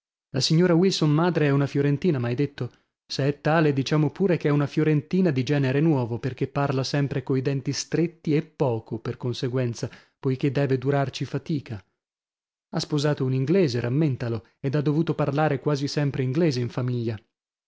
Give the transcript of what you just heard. la signora wilson madre è una fiorentina m'hai detto se è tale diciamo pure che è una fiorentina di genere nuovo perchè parla sempre coi denti stretti e poco per conseguenza poichè deve durarci fatica ha sposato un inglese rammentalo ed ha dovuto parlare quasi sempre inglese in famiglia